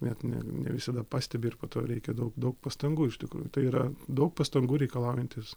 net ne visada pastebi ir po to reikia daug daug pastangų iš tikrųjų tai yra daug pastangų reikalaujantis